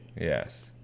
Yes